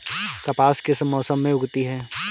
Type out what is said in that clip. कपास किस मौसम में उगती है?